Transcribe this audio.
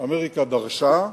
אמריקה דרשה,